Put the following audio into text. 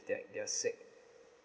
that they are sick